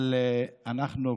אבל אנחנו,